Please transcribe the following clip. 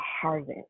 Harvest